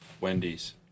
Wendy's